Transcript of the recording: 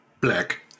Black